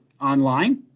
online